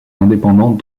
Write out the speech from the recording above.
indépendante